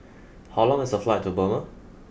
how long is the flight to Burma